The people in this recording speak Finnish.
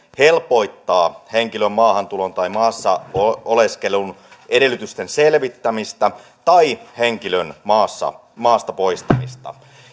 helpottaa henkilön maahantulon tai maassa oleskelun edellytysten selvittämistä tai henkilön maasta poistamista